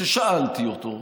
כששאלתי אותו,